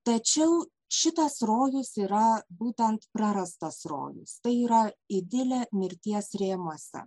tačiau šitas rojus yra būtent prarastas rojus tai yra idilė mirties rėmuose